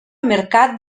mercat